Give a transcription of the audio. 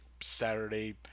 Saturday